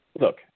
Look